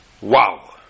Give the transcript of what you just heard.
Wow